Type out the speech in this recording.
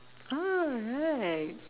ah right